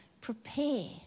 prepare